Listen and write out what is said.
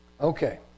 Okay